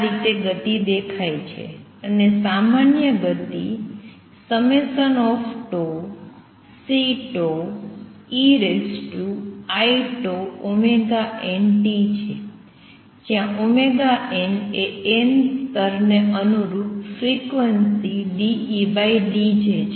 આ રીતે ગતિ દેખાય છે અને સામાન્ય ગતિ Ceiτnt છે જ્યાં n એ n સ્તરને અનુરૂપ ફ્રિક્વન્સી ∂E∂J છે